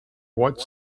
white